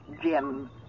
Jim